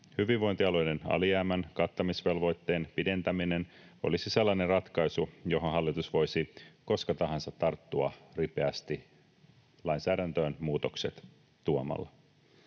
Hyvinvointialueiden alijäämän kattamisvelvoitteen pidentäminen olisi sellainen ratkaisu, johon hallitus voisi koska tahansa tarttua ripeästi lainsäädäntöön muutokset tuomalla.